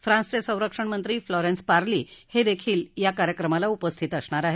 फ्रान्सचे संरक्षण मंत्री फ्लोरेन्स पार्ली हे देखील या कार्यक्रमाला उपस्थित असणार आहेत